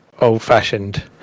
old-fashioned